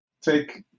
take